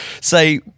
say